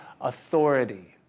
authority